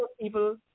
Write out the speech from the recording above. people